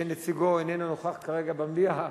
שנציגו איננו נוכח כרגע במליאה,